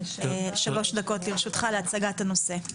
שלוש דקות לרשותך להצגת הנושא.